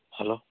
hello